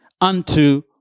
unto